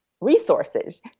resources